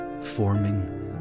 forming